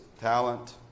talent